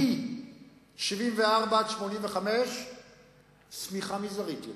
מ-1974 עד 1985 צמיחה מזערית לנפש,